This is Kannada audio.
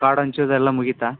ಕಾರ್ಡ್ ಹಂಚೋದ್ ಎಲ್ಲ ಮುಗೀತಾ